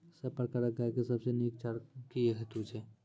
सब प्रकारक गाय के सबसे नीक चारा की हेतु छै?